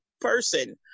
person